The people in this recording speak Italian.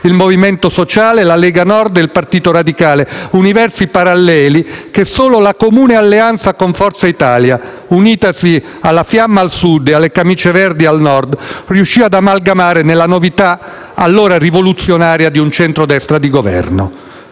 il Movimento Sociale, la Lega Nord e il Partito Radicale, universi paralleli che solo la comune alleanza con Forza Italia, unitasi alla fiamma al Sud e alle camicie verdi al Nord, riuscì ad amalgamare nella novità allora rivoluzionaria di un centrodestra di Governo.